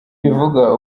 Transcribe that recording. ibivuga